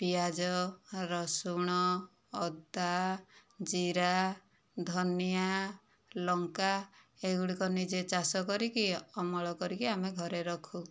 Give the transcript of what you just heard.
ପିଆଜ ରସୁଣ ଅଦା ଜିରା ଧନିଆ ଲଙ୍କା ଏଗୁଡ଼ିକ ନିଜେ ଚାଷ କରିକି ଅମଳ କରିକି ଆମେ ଘରେ ରଖୁ